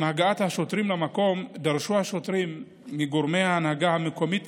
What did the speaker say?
עם הגעת השוטרים למקום דרשו השוטרים מגורמי ההנהגה המקומית